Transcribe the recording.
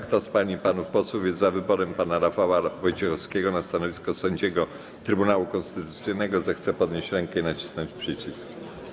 Kto z pań i panów posłów jest za wyborem pana Rafała Wojciechowskiego na stanowisko sędziego Trybunału Konstytucyjnego, zechce podnieść rękę i nacisnąć przycisk.